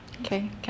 Okay